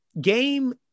game